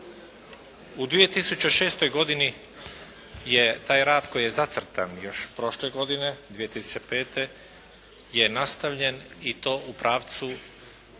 U 2006. godini je taj rad koji je zacrtan još prošle godine 2005. je nastavljen i to u pravcu